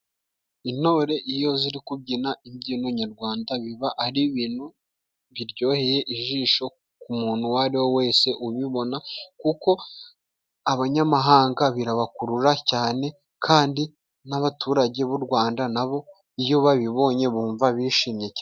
Intore iyo ziri kubyina imbyino nyarwanda biba ari ibintu biryoheye ijisho ku muntu uwo ari we wese ubibona kuko abanyamahanga birabakurura cyane kandi n'abaturage b'u Rwanda nabo iyo babibonye bumva bishimye cyane